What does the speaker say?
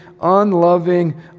unloving